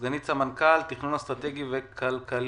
סגנית סמנכ"ל תכנון אסטרטגי וכלכלי,